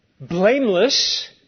blameless